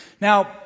Now